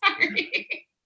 Sorry